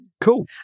Cool